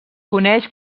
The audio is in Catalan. coneix